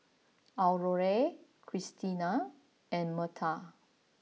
Aurore Christina and Marta